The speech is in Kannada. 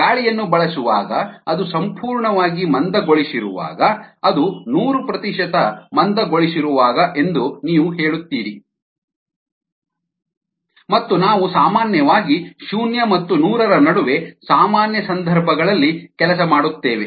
ಗಾಳಿಯನ್ನು ಬಳಸುವಾಗ ಅದು ಸಂಪೂರ್ಣವಾಗಿ ಮಂದಗೊಳಿಸಿರುವಾಗ ಅದು ನೂರು ಪ್ರತಿಶತ ಮಂದಗೊಳಿಸಿರುವಾಗ ಎಂದು ನೀವು ಹೇಳುತ್ತೀರಿ ಮತ್ತು ನಾವು ಸಾಮಾನ್ಯವಾಗಿ ಶೂನ್ಯ ಮತ್ತು ನೂರರ ನಡುವೆ ಸಾಮಾನ್ಯ ಸಂದರ್ಭಗಳಲ್ಲಿ ಕೆಲಸ ಮಾಡುತ್ತೇವೆ